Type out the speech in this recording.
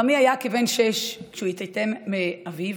חמי היה כבן שש כשהוא התייתם מאביו,